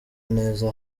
neza